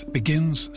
begins